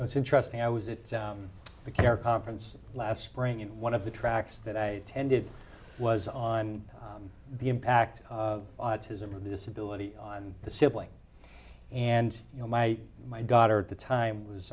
and it's interesting i was it the care conference last spring and one of the tracks that i tended was on the impact of autism disability on the sibling and you know my my daughter at the time was